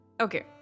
Okay